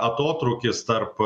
atotrūkis tarp